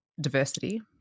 diversity